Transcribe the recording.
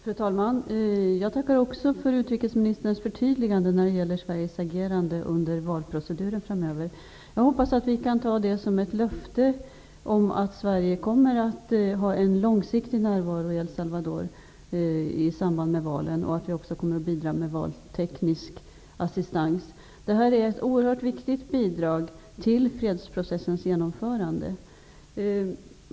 Fru talman! Jag tackar också för utrikesministerns förtydligande när det gäller Sveriges agerande under valproceduren framöver. Jag hoppas att vi kan ta det som ett löfte om att Sverige kommer att ha en långsiktig närvaro i El Salvador i samband med valen och att vi också kommer att bidra med valteknisk assistans. Detta är ett oerhört viktigt bidrag till fredsprocessens genomförande.